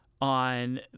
on